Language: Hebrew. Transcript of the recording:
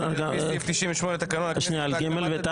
והיא הנושא היחיד שמובא עתה במסגרת הרפורמה של בתי